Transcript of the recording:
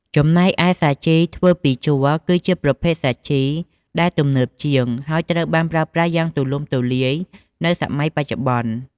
ចំណែកឯ សាជីធ្វើពីជ័រគឺជាប្រភេទសាជីដែលទំនើបជាង ហើយត្រូវបានប្រើប្រាស់យ៉ាងទូលំទូលាយនៅសម័យបច្ចុប្បន្ន។